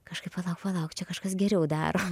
kažkaip palauk palauk čia kažkas geriau daro